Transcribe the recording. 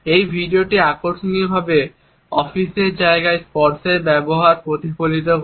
এই ভিডিওটি আকর্ষণীয়ভাবে অফিসের জায়গায় স্পর্শের ব্যবহার প্রতিফলিত করে